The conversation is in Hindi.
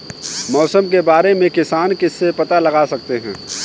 मौसम के बारे में किसान किससे पता लगा सकते हैं?